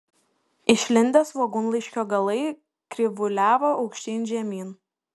išlindę svogūnlaiškio galai krivuliavo aukštyn žemyn